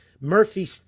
Murphy